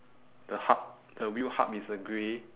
the hub the wheel hub is a grey